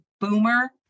boomer